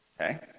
okay